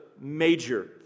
major